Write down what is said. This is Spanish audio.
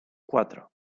cuatro